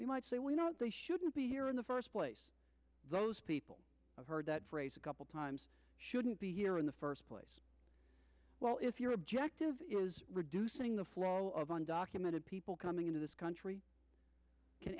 we might say we know they shouldn't be here in the first place those people heard that phrase a couple times shouldn't be here in the first place well if your objective is reducing the for all of undocumented people coming into this country can